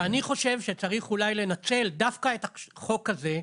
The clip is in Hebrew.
אני חושב שצריך אולי לנצל דווקא את החוק הזה,